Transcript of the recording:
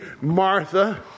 Martha